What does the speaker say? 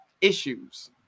issues